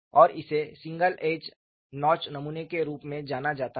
और इसे single edge notch नमूने के रूप में जाना जाता है